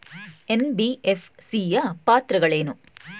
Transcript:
NBFC ಯ ಪಾತ್ರಗಳೇನು?